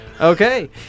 Okay